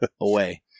away